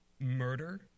murder